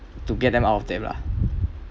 to get them out of debt lah